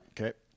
Okay